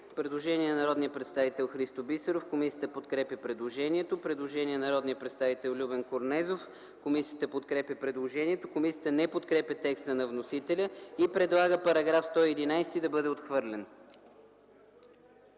Предложение на народния представител Христо Бисеров за § 112. Комисията подкрепя предложението. Предложение на народния представител Любен Корнезов. Комисията подкрепя предложението. Комисията не подкрепя текста на вносителя и предлага § 112 да бъде отхвърлен.